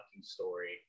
story